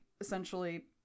essentially